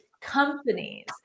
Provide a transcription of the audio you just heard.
companies